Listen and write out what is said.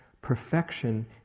Perfection